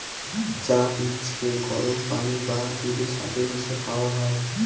চা বীজকে গরম পানি বা দুধের সাথে মিশিয়ে খাওয়া হয়